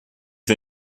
wir